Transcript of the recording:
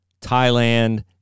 Thailand